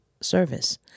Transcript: service